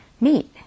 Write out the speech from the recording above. meet